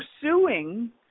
pursuing